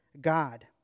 God